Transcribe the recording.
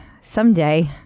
Someday